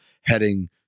heading